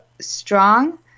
strong